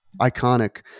iconic